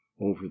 over